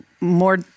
more